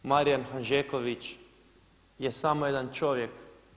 Marijan Hanžeković je samo jedan čovjek.